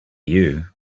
you